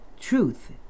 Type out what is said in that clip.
truth